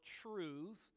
Truth